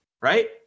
right